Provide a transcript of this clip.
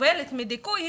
שסובלת מדיכוי,